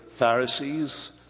Pharisees